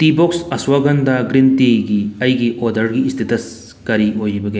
T box ꯑꯁꯋꯥꯒꯟꯗꯥ green ꯇꯤꯒꯤ ꯑꯩꯒꯤ ꯑꯣꯗꯔꯒꯤ ꯏꯁꯇꯦꯇꯁ ꯀꯔꯤ ꯑꯣꯏꯔꯤꯕꯒꯦ